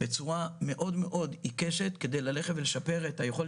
בצורה מאוד מאוד עיקשת כדי ללכת ולשפר את היכולת